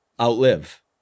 Outlive